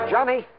Johnny